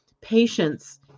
Patience